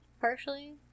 partially